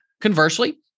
Conversely